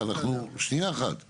משפט סיכום שלך להיום.